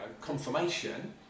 confirmation